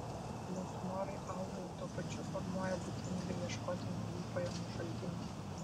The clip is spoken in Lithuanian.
mūsų norai auga ir tuo pačiu formuoja būtinybę ieškoti naujų pajamų šaltinių